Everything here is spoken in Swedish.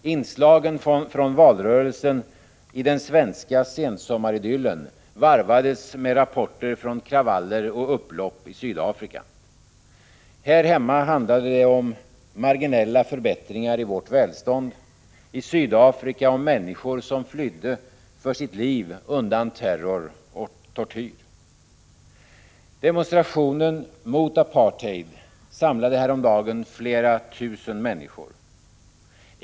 Inslagen från valrörelsen i den svenska sensommaridyllen varvades med rapporter från kravaller och upplopp i Sydafrika. Här hemma handlar det om marginella förbättringar i vårt välstånd, i Sydafrika om människor som flydde för sitt liv undan terror och tortyr. Demonstrationen mot apartheid samlade häromdagen flera tusen människor.